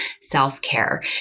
self-care